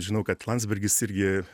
žinau kad landsbergis irgi